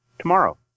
tomorrow